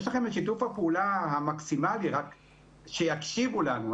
יש לכם שיתוף פעולה מקסימלי רק שיקשיבו לנו.